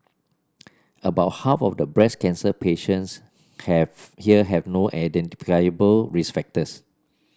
about half of the breast cancer patients have here have no identifiable risk factors